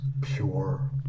pure